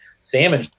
salmon